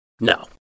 No